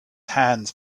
hands